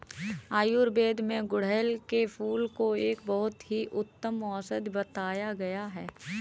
आयुर्वेद में गुड़हल के फूल को एक बहुत ही उत्तम औषधि बताया गया है